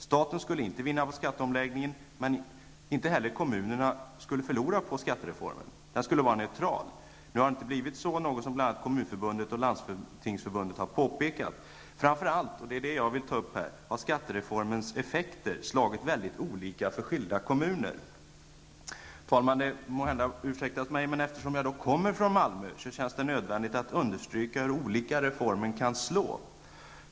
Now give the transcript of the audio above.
Staten skulle inte vinna på skatteomläggningen, men kommunerna skulle inte heller förlora på skattereformen. Den skulle vara neutral. Nu har det inte blivit så, något som bl.a. Kommunförbundet och Landstingsförbundet har påpekat. Framför allt -- det är det jag här vill ta upp -- har effekterna av skattereformen blivit väldigt olika för olika kommuner. Herr talman! Det må ursäktas mig att jag, eftersom jag kommer från Malmö, tycker att det är nödvändigt att understryka hur olika reformer kan slå.